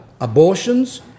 abortions